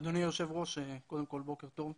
אדוני היושב ראש, קודם כל בוקר טוב.